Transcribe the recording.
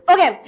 Okay